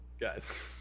Guys